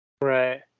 Right